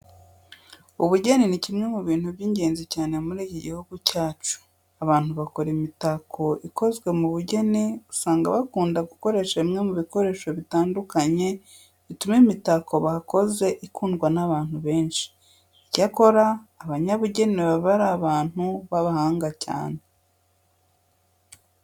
Ubugeni ni kimwe mu bintu by'ingenzi cyane muri iki gihugu cyacu. Abantu bakora imitako ikozwe mu bugeni usanga bakunda gukoresha bimwe mu bikoresho bitandukanye bituma imitako bakoze ikundwa n'abantu benshi. Icyakora abanyabugeni baba ari abantu b'abahanga cyane.